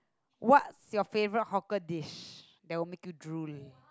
what's your favorite hawker dish that will make you drool